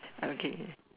okay